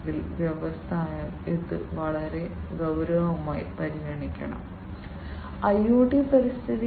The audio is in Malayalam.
കൺട്രോളർ ദ്രാവക പ്രവാഹത്തിന്റെ അളവ് വ്യാഖ്യാനിക്കുകയും പരിധിയിലെത്തുമ്പോൾ നിർത്തുകയും ചെയ്യും